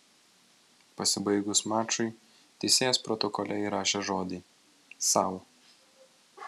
pasibaigus mačui teisėjas protokole įrašė žodį sau